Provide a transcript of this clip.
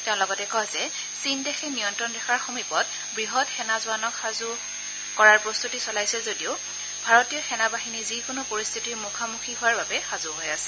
তেওঁ লগতে কয় যে চীন দেশে নিয়ন্ত্ৰণ ৰেখাৰ সমীপত বৃহৎ সেনা জোৱানক সাজু কৰাৰ প্ৰস্তুতি চলাইছে যদিও ভাৰতীয় সেনা বাহিনী যিকোনো পৰিস্থিতিৰ মুখামুখি হোৱাৰ বাবে সাজু হৈ আছে